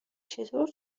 چطور